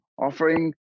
Offering